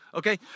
okay